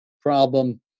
problem